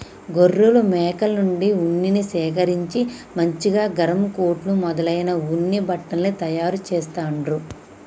గొర్రెలు మేకల నుండి ఉన్నిని సేకరించి మంచిగా గరం కోట్లు మొదలైన ఉన్ని బట్టల్ని తయారు చెస్తాండ్లు